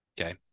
Okay